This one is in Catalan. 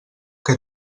que